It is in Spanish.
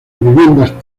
viviendas